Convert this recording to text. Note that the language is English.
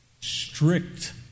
strict